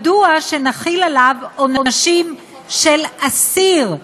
מדוע שנחיל עליו עונשים של אסיר,